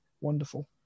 wonderful